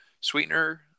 sweetener